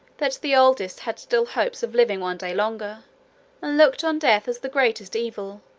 that the oldest had still hopes of living one day longer, and looked on death as the greatest evil,